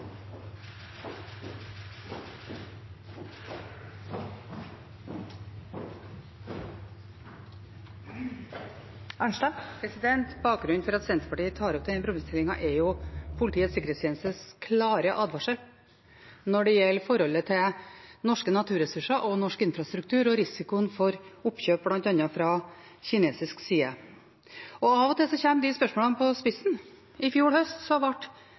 Bakgrunnen for at Senterpartiet tar opp denne problemstillingen, er Politiets sikkerhetstjenestes klare advarsel når det gjelder forholdet til norske naturressurser og norsk infrastruktur og risikoen for oppkjøp, bl.a. fra kinesisk side. Av og til kommer de spørsmålene på spissen. I fjor høst